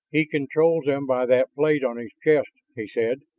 he controls them by that plate on his chest, he said.